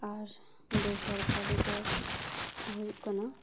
ᱟᱨ ᱵᱮᱥᱚᱨᱠᱟᱨᱤ ᱫᱚ ᱦᱩᱭᱩᱜ ᱠᱟᱱᱟ